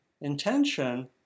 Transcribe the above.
intention